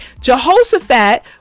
Jehoshaphat